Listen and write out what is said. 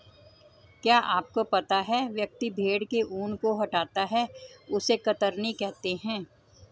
क्या आपको पता है व्यक्ति भेड़ के ऊन को हटाता है उसे कतरनी कहते है?